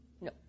No